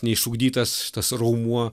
neišugdytas tas raumuo